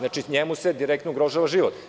Njemu se direktno ugrožava život.